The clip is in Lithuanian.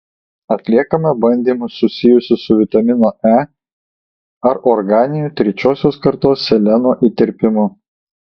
atliekame bandymus susijusius su vitamino e ar organiniu trečiosios kartos seleno įterpimu